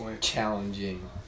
challenging